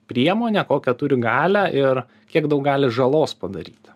priemonę kokią turi galią ir kiek daug gali žalos padaryti